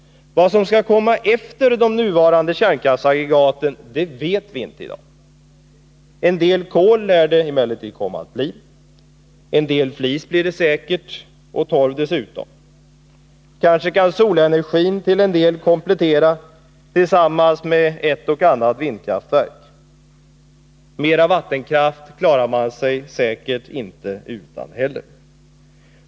Vad som skall komma efter de nuvarande kärnkraftsaggregaten vet vi inte i dag. En del kol lär det emellertid komma att bli. En del flis blir det säkert och torv dessutom. Kanske kan solenergin till en del komplettera tillsammans med ett och annat vindkraftverk. Mera vattenkraft klarar man sig säkert heller inte utan.